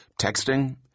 texting